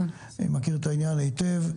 אני מכיר את העניין היטב.